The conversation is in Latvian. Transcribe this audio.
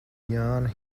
jāni